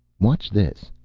watch, this.